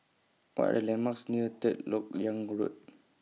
What Are The landmarks near Third Lok Yang Road